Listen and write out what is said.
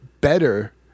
better